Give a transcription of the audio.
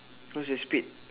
what's the speed